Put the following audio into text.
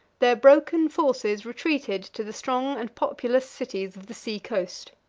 their broken forces retreated to the strong and populous cities of the sea-coast.